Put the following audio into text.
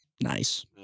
nice